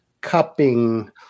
cupping